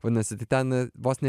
vadinasi ten vos ne